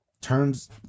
turns